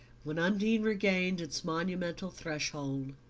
when undine regained its monumental threshold.